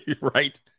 Right